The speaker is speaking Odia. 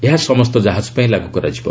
ଏହା ସମସ୍ତ ଜାହାଜ ପାଇଁ ଲାଗୁ କରାଯିବ